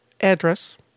address